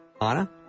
Anna